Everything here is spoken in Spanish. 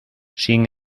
sin